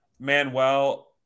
Manuel